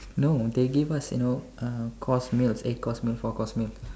no they give us you know uh course meals eight course meal four course meal